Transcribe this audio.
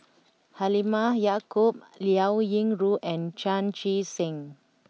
Halimah Yacob Liao Yingru and Chan Chee Seng